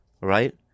Right